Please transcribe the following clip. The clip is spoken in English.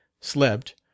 slept